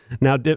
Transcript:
Now